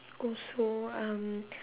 also um